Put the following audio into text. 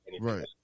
right